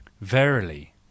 Verily